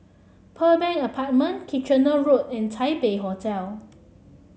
Pearl Bank Apartment Kitchener Road and Taipei Hotel